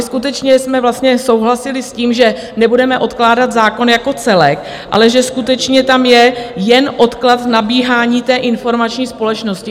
Skutečně jsme souhlasili s tím, že nebudeme odkládat zákon jako celek, ale že skutečně tam je odklad nabíhání informační společnosti.